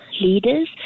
leaders